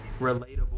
relatable